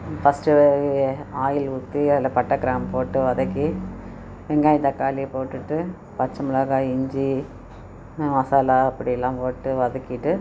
first வறுவல் oil ஊற்றி அதில் பட்டை கிராம்பு போட்டு வதக்கி வெங்காயம் தக்காளி போட்டுட்டு பச்சை மிளகாய் இஞ்சி மசாலா அப்படி எல்லாம் போட்டு வதக்கிவிட்டு